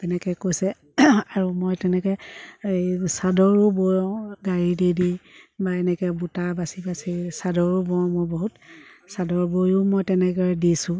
তেনেকৈ কৈছে আৰু মই তেনেকৈ এই চাদৰো বওঁ গাড়ী দি দি বা এনেকৈ বুটা বাচি বাচি চাদৰো বওঁ মই বহুত চাদৰ বৈয়ো মই তেনেকৈ দিছোঁ